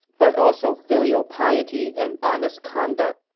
but also filial piety and honest conduct.